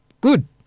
Good